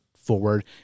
forward